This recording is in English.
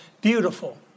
Beautiful